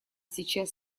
сейчас